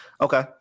Okay